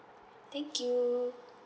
thank you